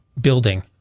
building